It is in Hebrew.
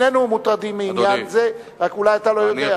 שנינו מוטרדים מעניין זה, רק אולי אתה לא יודע.